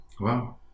Wow